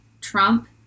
Trump